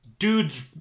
Dudes